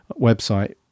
website